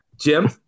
Jim